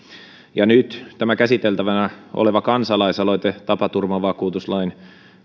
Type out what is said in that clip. nyt tämä käsiteltävänä oleva kansalaisaloite tapaturmavakuutuslain